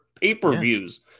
pay-per-views